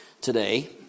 today